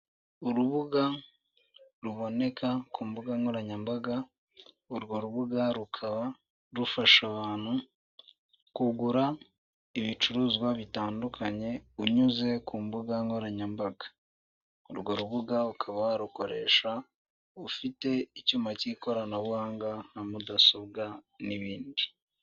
Urubuga ruboneka ku mbuga nkoranyambaga, urwo rubuga rukaba rufasha abantu kugura ibicuruzwa bitandukanye unyuze ku mbuga nkoranyambaga, urwo rubuga ukaba warukoresha ufite icyuma k'ikoranabuhanga nka mudasobwa n'ibindi.